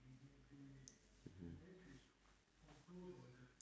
mmhmm